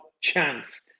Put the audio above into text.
chance